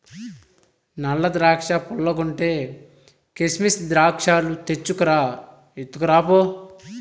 నల్ల ద్రాక్షా పుల్లగుంటే, కిసిమెస్ ద్రాక్షాలు తెచ్చుకు రా, ఎత్తుకురా పో